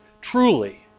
Truly